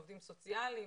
עובדים סוציאליים,